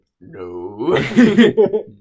no